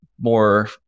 more